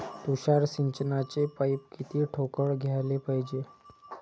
तुषार सिंचनाचे पाइप किती ठोकळ घ्याले पायजे?